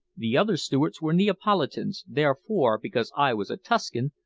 the other stewards were neapolitans, therefore, because i was a tuscan,